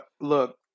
Look